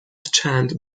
چند